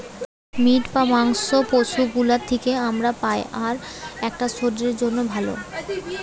meet বা মাংস পশু গুলোর থিকে আমরা পাই আর এটা শরীরের জন্যে ভালো